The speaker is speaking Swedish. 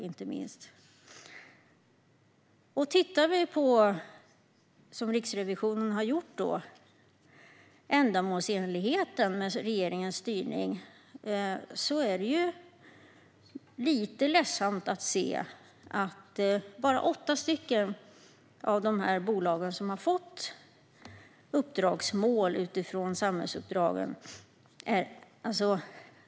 Vi kan titta på, som Riksrevisionen har gjort, ändamålsenligheten med regeringens styrning. Det är lite ledsamt att det bara är åtta av dessa bolag som har fått uppdragsmål utifrån samhällsuppdragen.